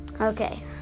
okay